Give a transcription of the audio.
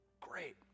great